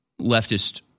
leftist